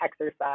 exercise